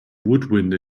woodwind